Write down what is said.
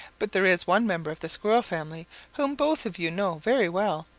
but there is one member of the squirrel family whom both of you know very well,